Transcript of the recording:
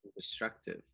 destructive